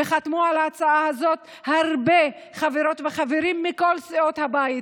וחתמו על ההצעה הזאת הרבה חברות וחברים מכל סיעות הבית.